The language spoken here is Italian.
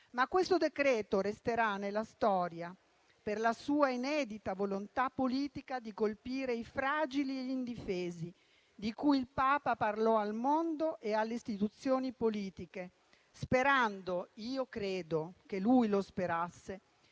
in esame resterà nella storia per la sua inedita volontà politica di colpire i fragili e gli indifesi, di cui il Papa parlò al mondo e alle istituzioni politiche, sperando - io credo che lui lo sperasse